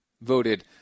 voted